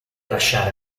lasciare